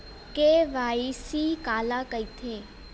KYC काला कइथे?